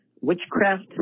witchcraft